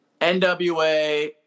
NWA